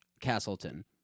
Castleton